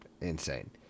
Insane